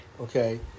okay